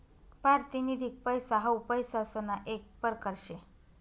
पारतिनिधिक पैसा हाऊ पैसासना येक परकार शे